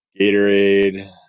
Gatorade